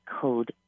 Code